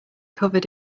covered